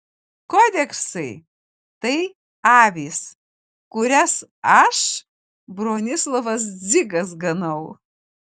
kodeksai tai avys kurias aš bronislovas dzigas ganau